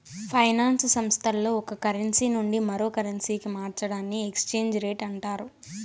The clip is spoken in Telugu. ఫైనాన్స్ సంస్థల్లో ఒక కరెన్సీ నుండి మరో కరెన్సీకి మార్చడాన్ని ఎక్స్చేంజ్ రేట్ అంటారు